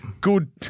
Good